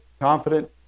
confident